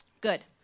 Good